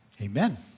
amen